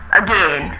again